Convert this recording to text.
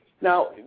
Now